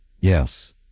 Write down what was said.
Yes